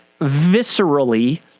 viscerally